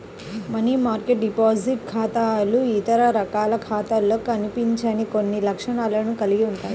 money market deposit ఖాతాలు ఇతర రకాల ఖాతాలలో కనిపించని కొన్ని లక్షణాలను కలిగి ఉంటాయి